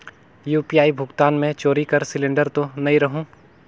UPI भुगतान मे चोरी कर सिलिंडर तो नइ रहु?